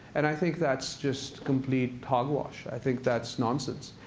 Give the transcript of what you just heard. and i think that's just complete hogwash. i think that's nonsense.